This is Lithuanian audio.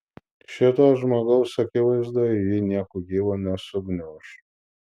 šito žmogaus akivaizdoje ji nieku gyvu nesugniuš